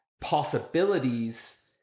possibilities